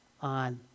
on